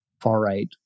far-right